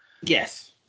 Yes